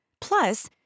Plus